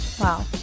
Wow